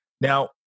Now